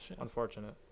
Unfortunate